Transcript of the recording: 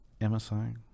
MSI